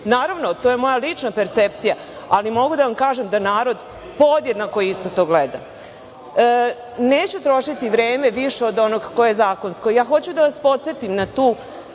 Naravno, to je moja lična percepcija, ali mogu da vam kažem da narod podjednako isto to gleda. Neću trošiti vreme više od onog koje je zakonsko. Ja hoću da vas podsetim na tu